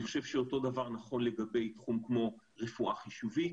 אני חושב שאותו דבר נכון לגבי תחום כמו רפואה חישובית,